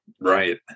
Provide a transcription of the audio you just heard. Right